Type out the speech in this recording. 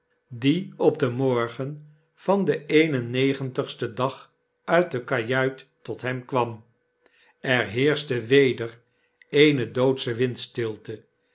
die op den morgen van den een en negentigsten dag uit de kajuit tot hem kwam er heerschte weder eene doodsche windstilte